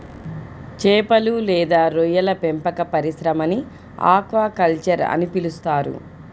చేపలు లేదా రొయ్యల పెంపక పరిశ్రమని ఆక్వాకల్చర్ అని పిలుస్తారు